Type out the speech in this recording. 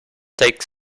take